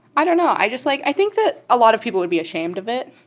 i don't know. i just, like i think that a lot of people would be ashamed of it.